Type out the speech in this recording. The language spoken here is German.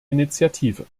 initiative